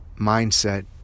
mindset